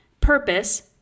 purpose